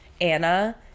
Anna